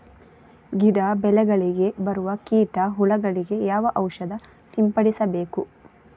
ಗಿಡ, ಬೆಳೆಗಳಿಗೆ ಬರುವ ಕೀಟ, ಹುಳಗಳಿಗೆ ಯಾವ ಔಷಧ ಸಿಂಪಡಿಸಬೇಕು?